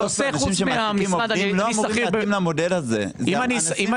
בסוף אנשים שמעסיקים עובדים לא אמורים להתאים למודל הזה ואנחנו